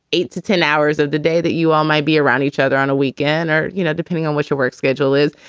eight to ten hours of the day that you all might be around each other on a weekend or, you know, depending on which your work schedule is,